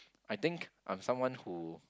I think I'm someone who